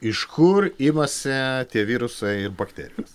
iš kur imasi tie virusai ir bakterijos